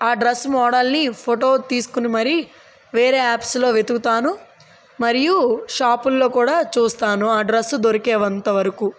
ఆ డ్రెస్ మోడల్ని ఫోటో తీసుకుని మరి వేరే యాప్స్లో వెతుకుతాను మరియు షాపుల్లో కూడా చూస్తాను ఆ డ్రెస్ దొరికే అంతవరకు